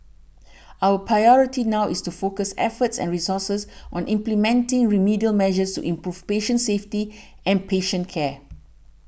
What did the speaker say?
our priority now is to focus efforts and resources on implementing remedial measures improve patient safety and patient care